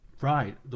Right